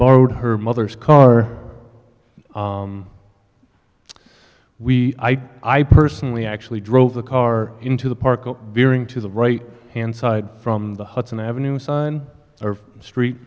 borrowed her mother's car we i i personally actually drove the car into the park veering to the right hand side from the hudson avenue sun street